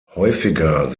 häufiger